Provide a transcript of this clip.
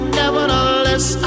nevertheless